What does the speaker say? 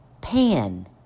PAN